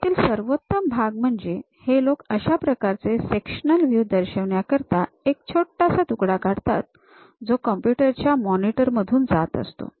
यातील सर्वोत्तम भाग म्हणजे हे लोक अशा प्रकारचे सेक्शनल व्हयू दर्शवण्यासाठी एक छोटासा तुकडा काढतात जो कम्प्युटर च्या मॉनिटर मधून जात असतो